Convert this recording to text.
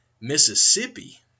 Mississippi